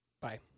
Bye